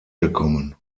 gekommen